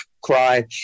cry